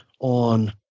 on